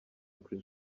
chris